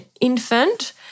infant